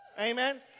Amen